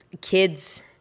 kids